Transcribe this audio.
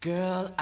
Girl